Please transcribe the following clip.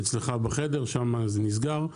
אצלך בחדר, שם זה נסגר.